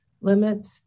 limit